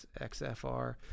xfr